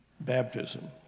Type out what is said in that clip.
baptism